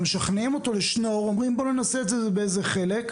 משכנעים אותו, אומרים בוא ננסה את זה באיזה חלק,